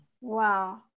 Wow